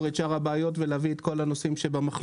את שאר הבעיות ולהביא לפתרון את כל הנושאים שבמחלוקת.